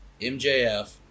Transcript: MJF